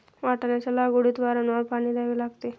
वाटाण्याच्या लागवडीत वारंवार पाणी द्यावे लागते